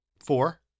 Four